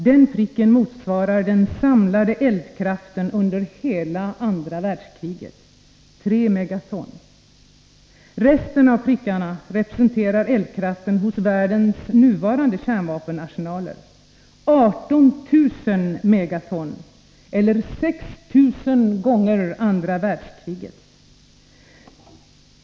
Den pricken motsvarar den samlade eldkraften under hela andra världskriget — 3 megaton. Resten av prickarna representerar eldkraften hos världens nuvarande kärnvapenarsenaler — 18 000 megaton, eller 6 000 gånger andra världskrigets eldkraft.